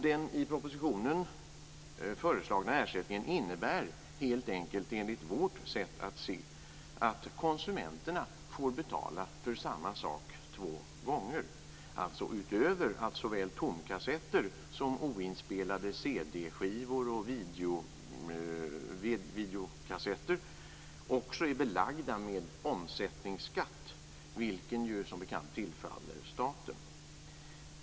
Den i propositionen föreslagna ersättningen innebär helt enkelt, enligt vårt sätt att se, att konsumenten får betala för samma sak två gånger, alltså utöver att såväl tomkassetter som oinspelade CD-skivor och videokassetter också är belagda med omsättningsskatt, vilken som bekant tillfaller staten.